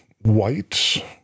white